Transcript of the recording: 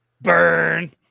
Burn